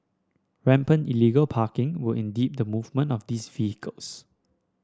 rampant illegal parking will impede the movement of these vehicles